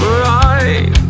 right